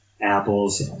Apple's